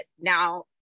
now-